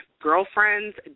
Girlfriends